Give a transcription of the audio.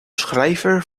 schrijver